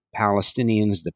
Palestinians